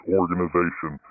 organization